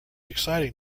exciting